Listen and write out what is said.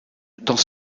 dans